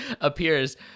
appears